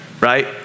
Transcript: Right